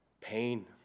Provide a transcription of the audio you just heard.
pain